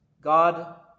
God